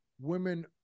women